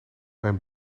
mijn